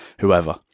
whoever